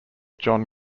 john